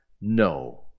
No